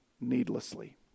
needlessly